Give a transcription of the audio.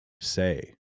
say